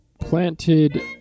planted